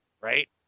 right